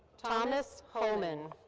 thomas hohman.